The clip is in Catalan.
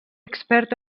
expert